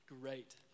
Great